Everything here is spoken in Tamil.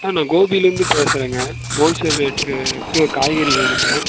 ஆ நான் கோபியிலேருந்து பேசுகிறேங்க ஹோல் சேல் ரேட்டுக்கு இப்பயே காய்கறி வேணுங்க